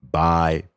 bye